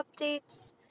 updates